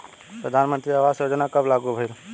प्रधानमंत्री आवास योजना कब लागू भइल?